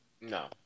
No